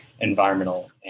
environmental